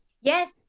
Yes